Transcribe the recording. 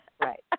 Right